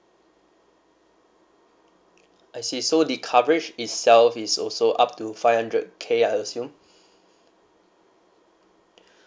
I see so the coverage itself is also up to five hundred K I assume